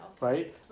Right